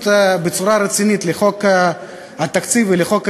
בצורה רצינית לחוק התקציב ולחוק ההסדרים,